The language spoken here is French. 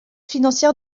financière